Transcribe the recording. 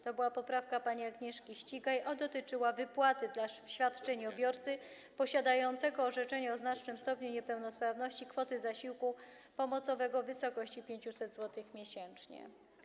To była poprawka pani Agnieszki Ścigaj i dotyczyła wypłaty dla świadczeniobiorcy posiadającego orzeczenie o znacznym stopniu niepełnosprawności kwoty zasiłku pomocowego w wysokości 500 zł miesięcznie.